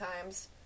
times